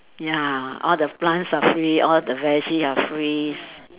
ya all the plants are free all the veggie are free s~